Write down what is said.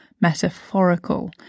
metaphorical